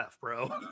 bro